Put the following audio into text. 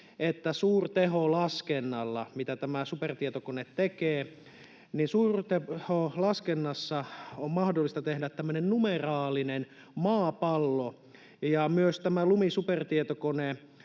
että suurteholaskennalla — mitä tämä supertietokone tekee — on mahdollista tehdä tämmöinen numeraalinen maapallo, ja myös tämä Lumi-supertietokone